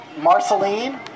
Marceline